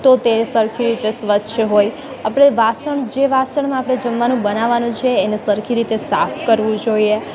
તો તે સરખી રીતે સ્વચ્છ હોય આપણે વાસણ જે વાસણમાં આપણે જમવાનું છે એને સરખી રીતે સાફ કરવું જોઈએ